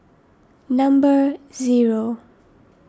number zero